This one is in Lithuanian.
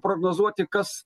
prognozuoti kas